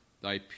thy